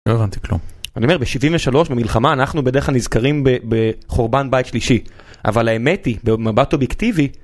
לא הבנתי כלום, אני אומר ב-73 במלחמה אנחנו בדרך כלל נזכרים בחורבן בית שלישי, אבל האמת היא, במבט אובייקטיבי